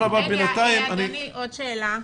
אדוני, עוד שאלה.